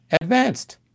advanced